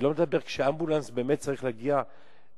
אני לא מדבר כשאמבולנס באמת צריך להגיע מקטע